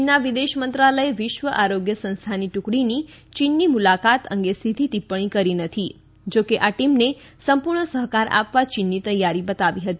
ચીનના વિદેશ મંત્રાલયે વિશ્વ આરોગ્ય સંસ્થાની ટુકડીની ચીનની મુલાકાત અંગે સીધી ટિપ્પણી કરી નથી જોકે આ ટીમને સંપૂર્ણ સહકાર આપવા ચીનની તૈયારી બતાવી હતી